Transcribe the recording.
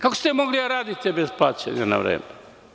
Kako ste mogli da radite bez plaćanja na vreme?